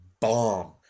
bomb